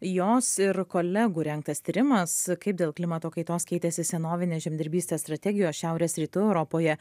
jos ir kolegų rengtas tyrimas kaip dėl klimato kaitos keitėsi senovinės žemdirbystės strategijos šiaurės rytų europoje